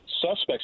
Suspects